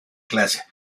clase